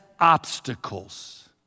obstacles